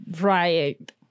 right